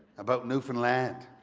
about newfoundland,